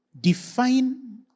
Define